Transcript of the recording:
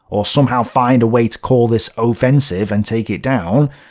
or somehow find a way to call this offensive and take it down,